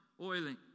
oiling